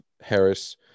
Harris